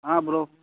bro